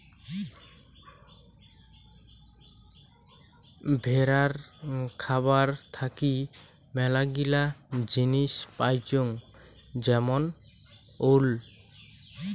ভেড়ার খাবার থাকি মেলাগিলা জিনিস পাইচুঙ যেমন উল